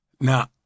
Now